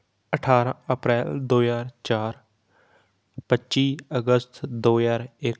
ਅਠਾਰ੍ਹਾਂ ਅਪ੍ਰੈਲ ਦੋ ਹਜ਼ਾਰ ਚਾਰ ਪੱਚੀ ਅਗਸਤ ਦੋ ਹਜ਼ਾਰ ਇੱਕ